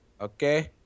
Okay